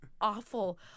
awful